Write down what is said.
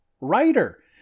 writer